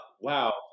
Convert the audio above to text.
Wow